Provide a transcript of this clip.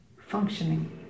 functioning